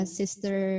sister